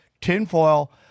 tinfoil